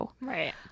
Right